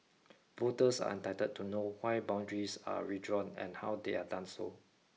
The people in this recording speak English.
voters are entitled to know why boundaries are redrawn and how they are done so